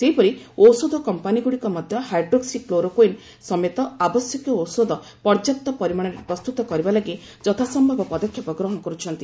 ସେହିପରି ଔଷଧ କମ୍ପାନୀଗୁଡ଼ିକ ମଧ୍ୟ ହାଇଡ୍ରୋକ୍ସି କ୍ଲୋରୋକ୍କିନ୍ ସମେତ ଆବଶ୍ୟକୀୟ ଔଷଧ ପର୍ଯ୍ୟାପ୍ତ ପରିମାଣରେ ପ୍ରସ୍ତୁତ କରିବା ଲାଗି ଯଥା ସମ୍ଭବ ପଦକ୍ଷେପ ଗ୍ରହଣ କରୁଛନ୍ତି